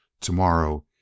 Tomorrow